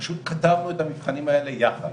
פשוט כתבנו את המבחנים האלה יחד.